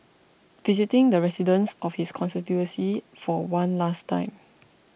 visiting the residents of his constituency for one last time